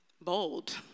bold